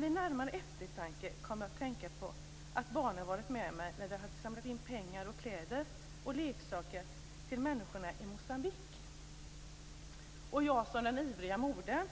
Vid närmare eftertanke kom jag att tänka på att barnen varit med mig när vi samlat in pengar, kläder och leksaker till människorna i Moçambique.